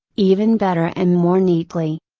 even better and more neatly.